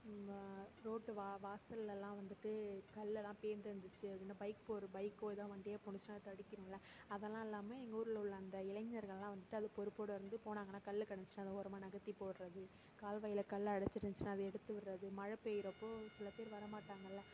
எங்கள் ரோட்டு வாசல்லலாம் வந்துவிட்டு கல்லெல்லாம் பேந்திருந்துச்சி அப்படினா பைக் ஒரு பைக் ஏதோ வண்டியோ வந்து போச்சினா தடுக்கிடும்ல அதல்லாம் இல்லாமல் எங்கள் ஊரில் உள்ள அந்த இளைஞர்களாம் வந்துவிட்டு அவ்வளோ பொறுப்போடு வந்து போனாங்கனா கல் கிடந்துச்சுனா ஓரமாக வந்து நகர்த்தி போடுறது கால்வாயில் கல் அடைச்சிருந்துச்சு அதை எடுத்துவிட்றது மழை பெய்கிறப்போ சில பேர் வரமாட்டாங்கள்ல